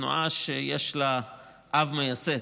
תנועה שיש לה אב מייסד,